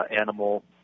animal